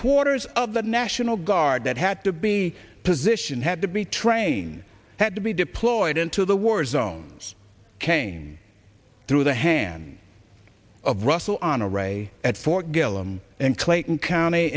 quarters of the national guard that had to be positioned had to be train had to be deployed into the war zones came through the hands of russel honore a at fort gillem in clayton county